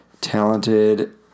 talented